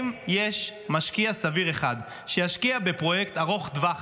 האם יש משקיע סביר אחד שישקיע בפרויקט ארוך טווח